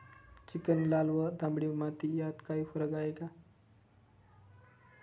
Chicken, लाल व तांबडी माती यात काही फरक आहे का?